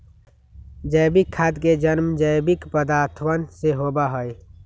जैविक खाद के जन्म जैविक पदार्थवन से होबा हई